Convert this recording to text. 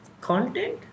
content